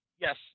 yes